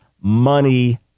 money